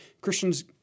Christians